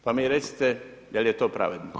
Pa mi recite je li to pravedno?